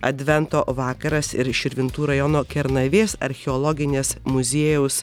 advento vakaras ir širvintų rajono kernavės archeologinės muziejaus